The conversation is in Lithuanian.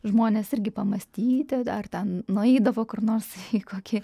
žmonės irgi pamąstyti ar ten nueidavo kur nors į kokį